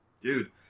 Dude